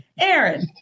Aaron